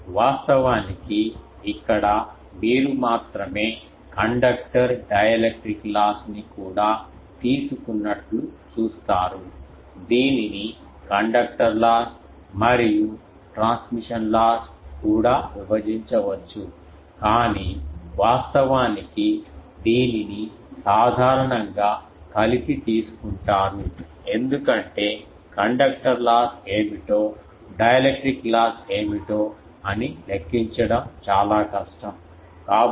వాస్తవానికి ఇక్కడ మీరు మాత్రమే కండక్టర్ డై ఎలక్ట్రిక్ లాస్ ని కూడా తీసుకున్నట్లు చూస్తారు దీనిని కండక్టర్ లాస్ మరియు ట్రాన్స్మిషన్ లాస్ కూడా విభజించవచ్చు కాని వాస్తవానికి దీనిని సాధారణంగా కలిపి తీసుకుంటారు ఎందుకంటే కండక్టర్ లాస్ ఏమిటో డైఎలక్ట్రిక్ లాస్ ఏమిటో అని లెక్కించడం చాలా కష్టం